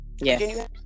Yes